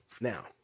Now